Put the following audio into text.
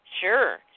Sure